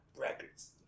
records